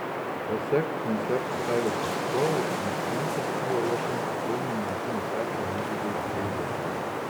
pasak koncertų salės atstovų incidentas kilo ruošiantis kauno muzikinio teatro miuziklui aida